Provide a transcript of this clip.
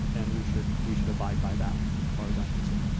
and we should we should abide by that far as i'm concerned.